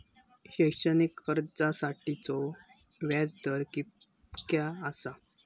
शैक्षणिक कर्जासाठीचो व्याज दर कितक्या आसा?